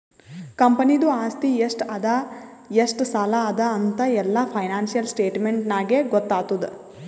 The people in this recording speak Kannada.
ಕಂಪನಿದು ಆಸ್ತಿ ಎಷ್ಟ ಅದಾ ಎಷ್ಟ ಸಾಲ ಅದಾ ಅಂತ್ ಎಲ್ಲಾ ಫೈನಾನ್ಸಿಯಲ್ ಸ್ಟೇಟ್ಮೆಂಟ್ ನಾಗೇ ಗೊತ್ತಾತುದ್